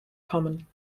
kommen